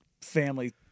family